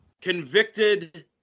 convicted